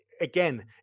again